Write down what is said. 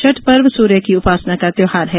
छठ पर्व सूर्य की उपासना का त्योहार है